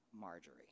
Marjorie